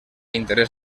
interès